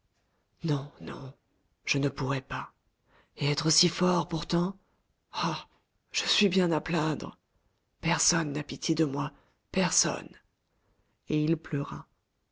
non non je ne pourrai pas et être si fort pourtant ah je suis bien à plaindre personne n'a pitié de moi personne et il pleura